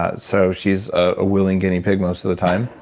ah so, she's a willing guinea pig most of the time,